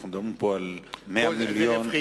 דיברנו פה על 100 מיליון,